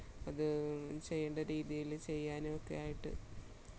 അത് ചെയ്യേണ്ട രീതിയിൽ ചെയ്യാനൊക്കെ ആയിട്ട്